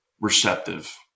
receptive